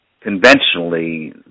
Conventionally